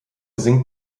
singt